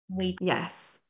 Yes